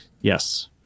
Yes